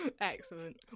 Excellent